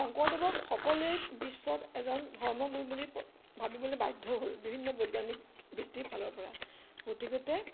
শংকৰদেৱক সকলোৱে বিশ্বত এজন ধৰ্ম গুৰু বুলি ভাবিবলৈ বাধ্য হ'ল বিভিন্ন বৈজ্ঞানিক ভিত্তিৰ ফালৰ পৰা গতিকতে